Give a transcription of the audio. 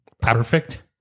perfect